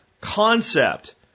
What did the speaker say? concept